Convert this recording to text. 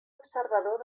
observador